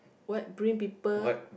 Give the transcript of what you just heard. what bring people